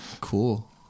Cool